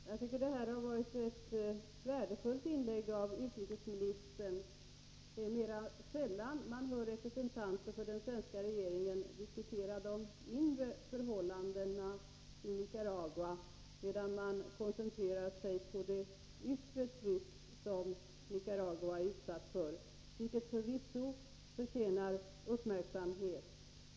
Fru talman! Jag tycker att detta var ett värdefullt inlägg av utrikesministern. Det är mera sällan man hör representanter för den svenska regeringen diskutera de inre förhållandena i Nicaragua, medan man i stället koncentre tiv för att öka rättssäkerheten i Iran rar sig på det yttre tryck som Nicaragua är utsatt för, vilket förvisso förtjänar uppmärksamhet.